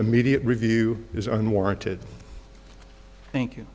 immediate review is unwarranted thank you